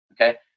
okay